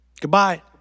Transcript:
Goodbye